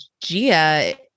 Gia